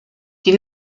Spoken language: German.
die